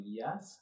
yes